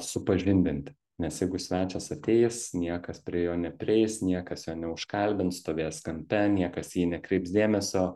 supažindinti nes jeigu svečias ateis niekas prie jo neprieis niekas jo neužkalbins stovės kampe niekas į jį nekreips dėmesio